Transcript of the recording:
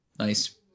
nice